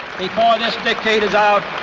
before this decade is out,